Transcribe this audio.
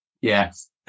Yes